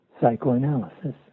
psychoanalysis